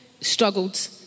struggled